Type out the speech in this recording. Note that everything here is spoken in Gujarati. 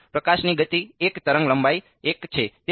હા પ્રકાશની ગતિ 1 તરંગ લંબાઈ 1 છે